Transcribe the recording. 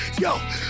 Yo